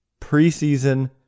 preseason